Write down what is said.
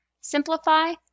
Simplify